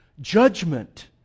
judgment